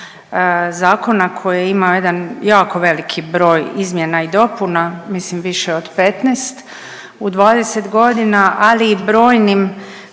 zakona koji ima jedan jako veliki broj izmjena i dopuna, mislim više od 15 u 20 godina, ali brojnim